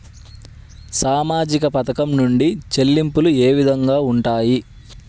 సామాజిక పథకం నుండి చెల్లింపులు ఏ విధంగా ఉంటాయి?